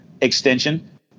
extension